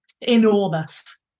enormous